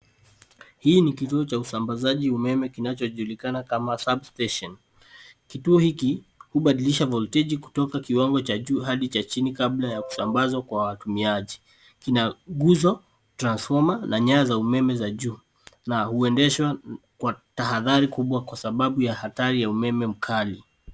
Hii ni kituo cha usambazaji wa umeme kinachojulikana kama substation. Kituo hiki hubadilisha voltaji kutoka kiwango cha juu kwenda kiwango cha chini kabla ya usambazaji kwa watumiaji. Kina guzo, transfoma, na laini za umeme za juu. Kinaendeshwa kwa tahadhari kubwa kwa sababu ya hatari ya umeme mkali.